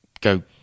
go